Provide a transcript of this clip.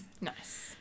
Nice